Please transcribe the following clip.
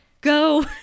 go